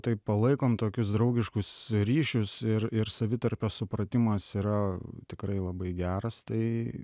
taip palaikom tokius draugiškus ryšius ir ir savitarpio supratimas yra tikrai labai geras tai